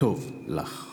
כבני וכבנות